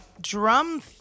drum